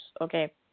Okay